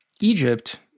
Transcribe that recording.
Egypt